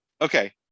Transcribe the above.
Okay